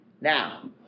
Now